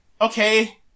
okay